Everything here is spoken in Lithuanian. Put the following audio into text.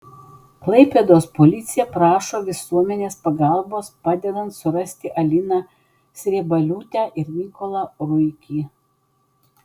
klaipėdos policija prašo visuomenės pagalbos padedant surasti aliną sriebaliūtę ir mykolą ruikį